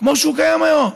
כמו שהוא קיים היום.